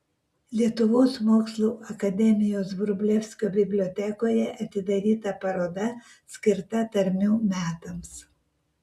lietuvos mokslų akademijos vrublevskio bibliotekoje atidaryta paroda skirta tarmių metams